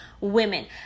women